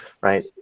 right